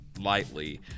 lightly